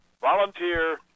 volunteer